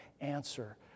answer